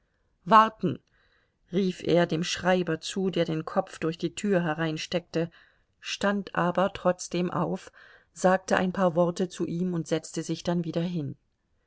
warten rief er dem schreiber zu der den kopf durch die tür hereinsteckte stand aber trotzdem auf sagte ein paar worte zu ihm und setzte sich dann wieder hin